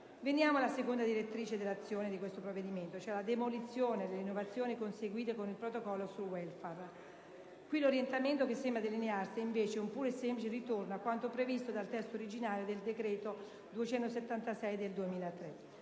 Veniamo ora alla seconda direttrice dell'azione del provvedimento in esame, cioè alla demolizione delle innovazioni conseguite con il Protocollo sul *Welfare*. Qui l'orientamento che sembra delinearsi è invece un puro e semplice ritorno a quanto previsto dal testo originario del decreto legislativo